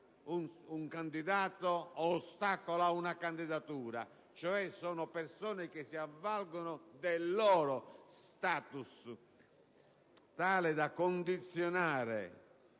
un candidato o ostacola una candidatura: sono persone che si avvalgono del loro *status* per condizionare